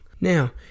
Now